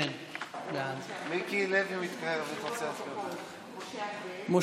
העובדים במקום עבודה לשם צמצום התפשטות